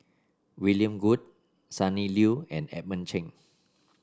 William Goode Sonny Liew and Edmund Chen